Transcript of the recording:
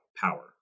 power